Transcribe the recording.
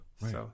right